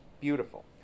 beautiful